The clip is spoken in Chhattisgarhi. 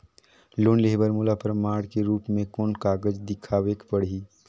लोन लेहे बर मोला प्रमाण के रूप में कोन कागज दिखावेक पड़ही?